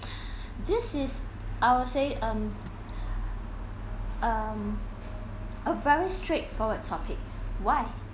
this is I will say um um a very straight forward topic why